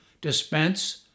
dispense